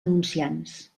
anunciants